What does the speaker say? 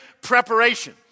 preparation